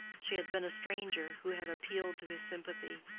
she had been a stranger who had appealed to his sympathy.